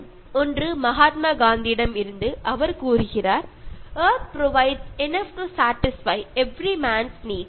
Refer Slide Time 3028 ஒன்று மகாத்மா காந்தியிடம் இருந்து அவர் கூறுகிறார் "earth provides enough to satisfy every man's needs